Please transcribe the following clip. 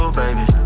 baby